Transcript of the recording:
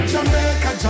Jamaica